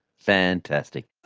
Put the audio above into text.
fantastic.